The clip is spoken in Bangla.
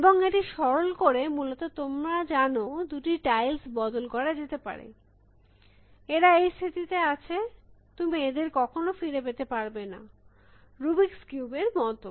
এবং এটি সরল করে মূলত তোমরা জানো দুটি টাইলস বদলে করা যেতে পারে এরা এই স্থিতিতে আছে তুমি এদের কখনো ফিরে পেতে পারবে না রুবিক্স কিউব এর মত